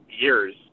years